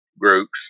groups